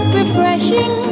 refreshing